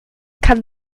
kann